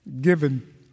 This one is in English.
given